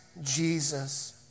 Jesus